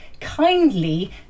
kindly